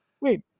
wait